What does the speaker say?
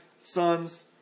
sons